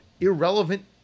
irrelevant